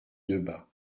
debat